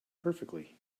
perfectly